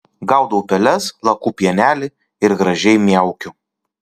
gaudau peles laku pienelį ir gražiai miaukiu